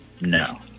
no